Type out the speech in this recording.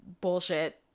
bullshit